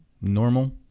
normal